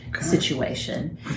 situation